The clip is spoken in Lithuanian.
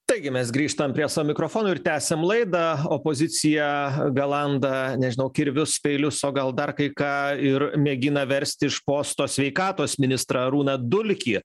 taigi mes grįžtam prie savo mikrofonų ir tęsiam laidą opozicija galanda nežinau kirvius peilius o gal dar kai ką ir mėgina versti iš posto sveikatos ministrą arūną dulkį